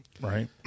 right